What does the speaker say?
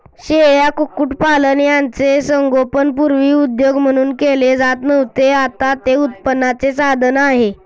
शेळ्या, कुक्कुटपालन यांचे संगोपन पूर्वी उद्योग म्हणून केले जात नव्हते, आता ते उत्पन्नाचे साधन आहे